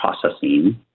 processing